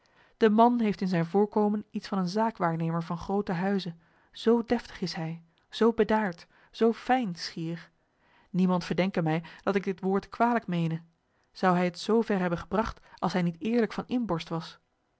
de man heeft in zijn voorkomen iets van een zaakwaarnemer van grooten huize zoo deftig is hij zoo bedaard zoo fijn schier niemand verdenke mij dat ik dit woord kwalijk meene zou hij het zoo ver hebben gebragt als hij niet eerlijk van inborst was